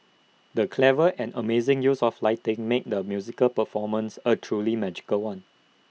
the clever and amazing use of lighting made the musical performance A truly magical one